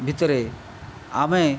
ଭିତରେ ଆମେ